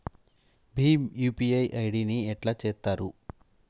Bhim UPI ID ని ఎట్లా చేత్తరు?